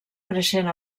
creixent